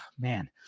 man